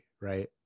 right